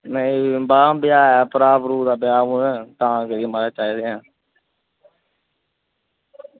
नेईं ऐ भ्राऽ दा ब्याह् हून तां करियै म्हाराज चाहिदे न